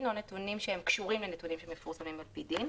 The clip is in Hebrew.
או נתונים שקשורים לנתונים שמפורסמים על פי דין.